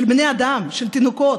של בני אדם, של תינוקות,